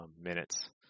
minutes